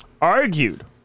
argued